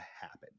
happen